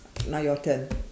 now your turn